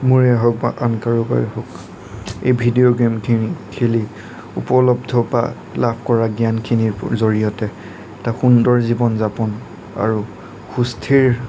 মোৰেই হওঁক বা আন কাৰোবাৰে হওঁক এই ভিডিঅ' গেমখিনি খেলি উপলব্ধ বা লাভ কৰা জ্ঞান খিনিৰ জৰিয়তে এটা সুন্দৰ জীৱন যাপন আৰু সুস্থিৰ